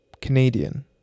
Canadian